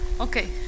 okay